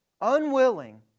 Unwilling